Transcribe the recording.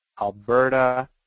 Alberta